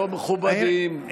לא מכובדים ולא הולמים.